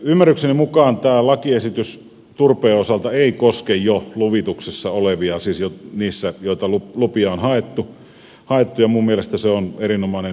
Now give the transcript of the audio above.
ymmärrykseni mukaan tämä lakiesitys turpeen osalta ei koske jo luvituksessa olevia siis niitä joihin lupia on haettu ja minun mielestäni se on erinomaisen hyvä asia